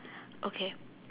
okay